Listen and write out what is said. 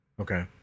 Okay